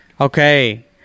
Okay